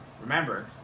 Remember